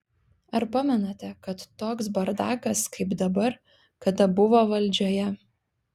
ar pamenate kad toks bardakas kaip dabar kada buvo valdžioje